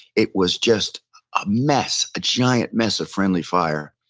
it was just a mess a giant mess of friendly fire,